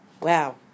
Wow